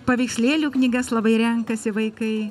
paveikslėlių knygas labai renkasi vaikai